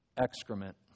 excrement